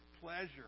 pleasure